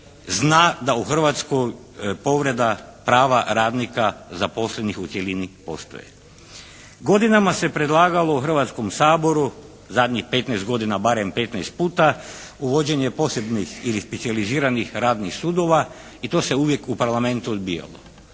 zna da u Hrvatskoj povreda prava radnika zaposlenih u cjelini postoje. Godinama se predlagalo u Hrvatskom saboru, zadnjih 15 godina barem 15 puta uvođenje posebnih ili specijaliziranih radnih sudova. I to su uvijek u Parlamentu odbijalo.